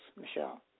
Michelle